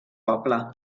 poble